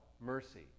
Mercy